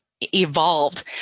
evolved